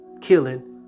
killing